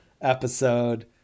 episode